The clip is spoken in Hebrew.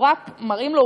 רק מראים לו,